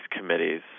committees